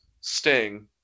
sting